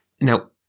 Now